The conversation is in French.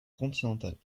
continentales